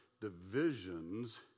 divisions